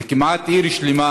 זה כמעט עיר שלמה,